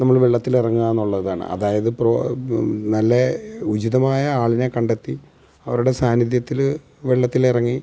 നമുക്ക് വെള്ളത്തിലിറങ്ങുകയെന്നുള്ളതാണ് അതായതിപ്പോൾ നല്ല ഉചിതമായ ആളിനെ കണ്ടെത്തി അവരുടെ സാന്നിധ്യത്തിൽ വെള്ളത്തിലിറങ്ങി